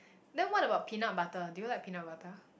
then what about peanut butter do you like peanut butter